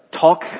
talk